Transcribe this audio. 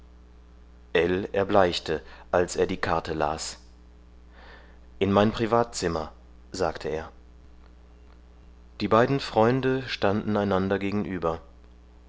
erbleichte als er die karte las in mein privatzimmer sagte er die beiden freunde standen einander gegenüber